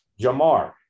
Jamar